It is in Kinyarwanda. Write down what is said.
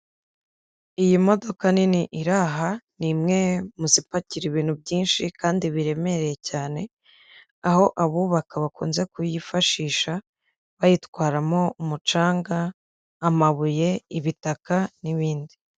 Iyi modoka nini ira aha ni imwe mu zipakira ibintu byinshi kandi biremereye cyane aho abubaka bakunze kuyifashisha bayitwaramo umucanga, amabuye, ibitaka, n'ibindi.